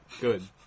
Good